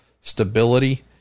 stability